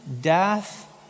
death